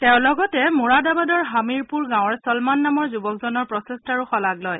তেওঁ লগতে মোৰাদাবাদৰ হামিৰপুৰ গাঁৱৰ ছলমান নামৰ যুৱকজনৰ প্ৰচেষ্টাৰ শঁলাগ লয়